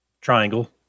triangle